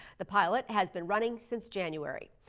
the pilot has been running since january.